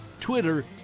twitter